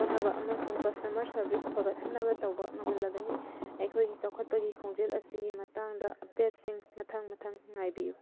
ꯍꯣꯠꯅꯕ ꯑꯃꯁꯨꯡ customer service ꯐꯒꯠꯍꯟꯅꯕ ꯇꯧꯕ ꯉꯝꯍꯜꯂꯒꯅꯤ ꯑꯩꯈꯣꯏꯒꯤ ꯆꯥꯎꯈꯠꯄꯒꯤ ꯈꯣꯡꯖꯦꯜ ꯑꯁꯤꯒꯤ ꯃꯇꯥꯡꯗ ꯑꯞꯗꯦꯠꯁꯤꯡ ꯃꯊꯪ ꯃꯊꯪ ꯉꯥꯏꯕꯤꯌꯨ